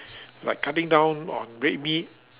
like cutting down on red meat